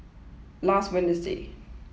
last Wednesday